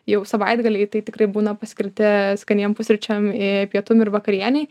jau savaitgaliai tai tikrai būna paskirti skaniem pusryčiam pietum ir vakarienei